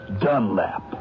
Dunlap